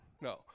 No